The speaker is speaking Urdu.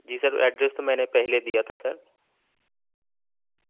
جی سر ایڈریس تو میں نے پہلے دیا تھا سر